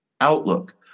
outlook